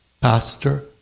pastor